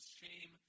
shame